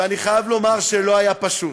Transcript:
ואני חייב לומר שלא היה פשוט.